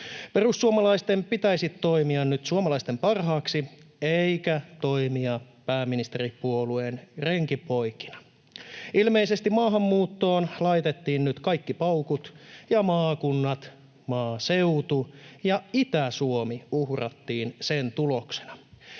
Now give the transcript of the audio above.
Perussuomalaisten pitäisi toimia nyt suomalaisten parhaaksi eikä toimia pääministeripuolueen renkipoikina. Ilmeisesti maahanmuuttoon laitettiin nyt kaikki paukut, ja maakunnat, maaseutu ja Itä-Suomi uhrattiin sen tuloksena.